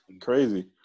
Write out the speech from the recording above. Crazy